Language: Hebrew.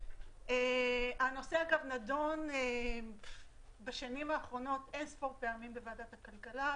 הנושא נדון בשנים האחרונות אינספור פעמים בוועדת הכלכלה,